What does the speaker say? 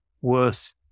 worth